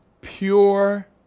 pure